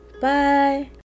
Bye